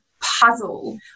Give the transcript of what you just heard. puzzle